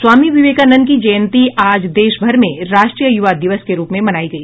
स्वामी विवेकानन्द की जयन्ती आज देशभर में राष्ट्रीय युवा दिवस के रूप में मनाई गई